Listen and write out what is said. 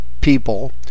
people